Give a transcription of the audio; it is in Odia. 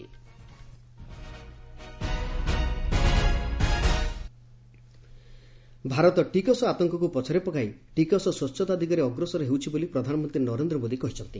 ପିଏମ୍ ଇନାଗୁରେଟ୍ ଭାରତ ଟିକସ ଆତଙ୍କକୁ ପଛରେ ପକାଇ ଟିକସ ସ୍ୱଚ୍ଛତା ଦିଗରେ ଅଗ୍ରସର ହେଉଛି ବୋଲି ପ୍ରଧାନମନ୍ତ୍ରୀ ନରେନ୍ଦ୍ର ମୋଦୀ କହିଛନ୍ତି